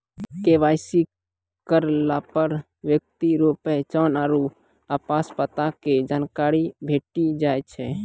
KYC करलापर ब्यक्ति रो पहचान आरु आवास पता के जानकारी भेटी जाय छै